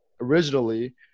originally